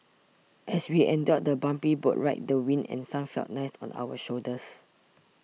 as we endured the bumpy boat ride the wind and sun felt nice on our shoulders